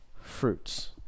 fruits